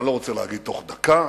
אני לא רוצה להגיד בתוך דקה,